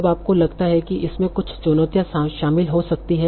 अब आपको लगता है कि इसमें कुछ चुनौतियां शामिल हो सकती हैं